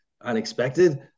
unexpected